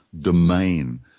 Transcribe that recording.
domain